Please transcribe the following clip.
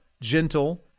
gentle